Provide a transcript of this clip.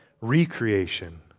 recreation